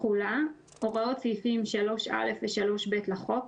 תחולה 13. הוראות סעיפים 3א ו-3ב לחוק,